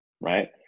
right